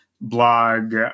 blog